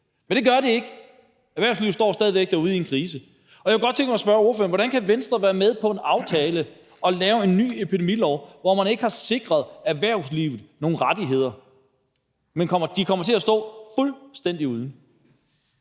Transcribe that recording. Men det gør det ikke; erhvervslivet står stadig væk derude i en krise. Og jeg kunne godt tænke mig at spørge ordføreren: Hvordan kan Venstre være med i en aftale om at lave en ny epidemilov, hvor man ikke har sikret erhvervslivet nogle rettigheder? Erhvervslivet kommer til at stå fuldstændig uden.